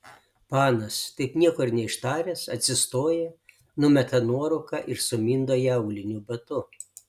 panas taip nieko ir neištaręs atsistoja numeta nuorūką ir sumindo ją auliniu batu